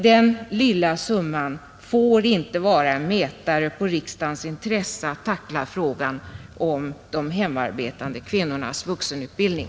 Den lilla summan får inte vara en mätare på riksdagens intresse att tackla frågan om de hemarbetande kvinnornas vuxenutbildning.